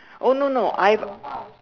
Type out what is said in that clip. oh no no I've